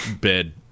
bed